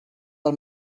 del